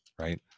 right